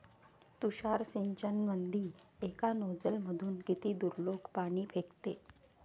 तुषार सिंचनमंदी एका नोजल मधून किती दुरलोक पाणी फेकते?